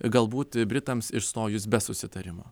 galbūt britams išstojus be susitarimo